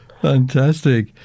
Fantastic